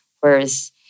whereas